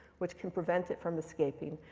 which can prevent it from escaping.